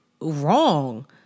wrong